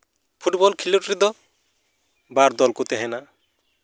football ᱠᱷᱤᱞᱳᱰ ᱨᱮᱫᱚ ᱵᱟᱨ ᱫᱚᱞ ᱠᱚ ᱛᱮᱦᱮᱱᱟ